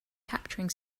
capturing